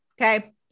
Okay